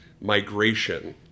migration